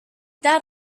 that